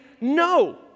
no